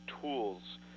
tools